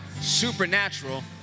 supernatural